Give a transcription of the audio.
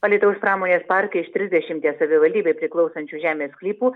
alytaus pramonės parką iš trisdešimties savivaldybei priklausančių žemės sklypų